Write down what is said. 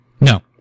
no